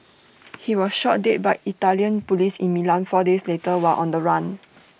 he was shot dead by Italian Police in Milan four days later while on the run